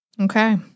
Okay